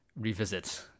revisit